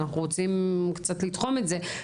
אנחנו רוצים קצת לתחום את זה,